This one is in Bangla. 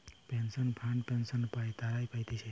পেনশন ফান্ড পেনশন পাই তারা পাতিছে